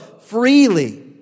freely